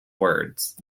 words